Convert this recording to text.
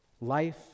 Life